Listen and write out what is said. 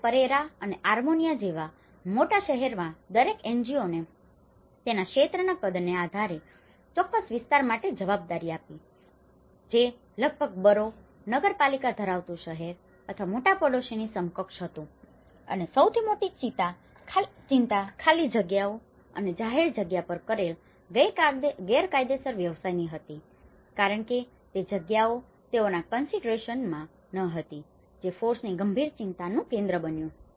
જ્યારે પરેરા અને આર્મેનિયા જેવા મોટા શહેરોમાં દરેક NGOને તેના ક્ષેત્રના કદને આધારે ચોક્કસ વિસ્તાર માટે જવાબદાર હતી જે લગભગ બરો boroughનગરપાલિકા ધરાવતું શહેર અથવા મોટા પડોશીની સમકક્ષ હતું અને સૌથી મોટી ચિંતા ખાલી જગ્યાઓ અને જાહેર જગ્યાઓ પર કરેલ ગેરકાયદેસર વ્યવસાયની હતી કારણ કે તે જગ્યાઓ તેઓના કન્સિડરેશનમાં considerations વિચારણાઓ ન હતી જે FORECની ગંભીર ચિંતાનું કેન્દ્ર બન્યું